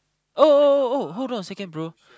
oh oh oh oh hold on a second bro